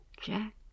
Jack